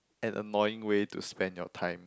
an annoying way to spend your time